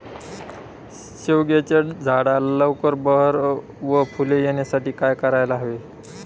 शेवग्याच्या झाडाला लवकर बहर व फूले येण्यासाठी काय करायला हवे?